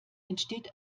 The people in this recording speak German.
entsteht